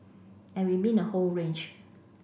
and we mean a whole range